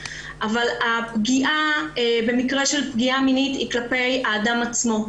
אבל במקרה של פגיעה מינית זה כלפי האדם עצמו.